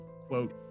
quote